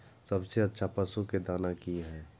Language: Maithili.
सबसे अच्छा पशु के दाना की हय?